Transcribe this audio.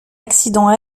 accident